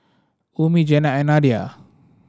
Ummi Jenab and Nadia